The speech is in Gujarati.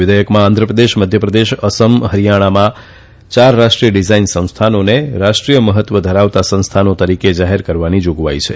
વિધેયકમાં આંધ્રપ્રદેશ મધ્ય પ્રદેશ ૈ સમ ૈ ને હરીયાણામાં યાર રાષ્ટ્રીય ડિઝાઈન સંસ્થાનોને રાષ્ટ્રીય મહત્વ ધરાવતાં સંસ્થાનો તરીકે જાહેર કરવાની જાગવાઈ છે